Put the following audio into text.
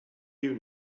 you